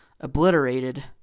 obliterated